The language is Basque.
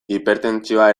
hipertentsioa